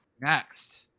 Next